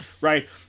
right